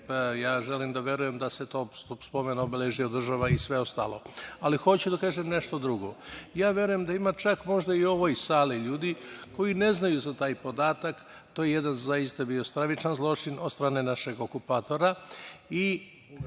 i želim da verujem da se to spomen obeležje održava i sve ostalo. Hoću da kažem nešto drugo. Verujem da ima u ovoj sali ljudi koji ne znaju za taj podatak i to je bio jedan stravičan zločin od strane našeg okupatora.